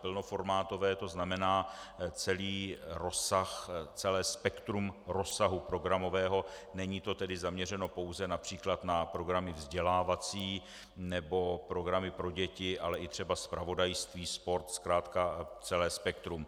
Plnoformátové, tzn. celý rozsah, celé spektrum rozsahu programového, není to tedy zaměřeno pouze např. na programy vzdělávací nebo programy pro děti, ale i třeba zpravodajství, sport, zkrátka celé spektrum.